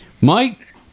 Mike